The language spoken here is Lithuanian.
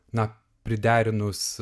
na priderinus